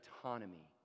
autonomy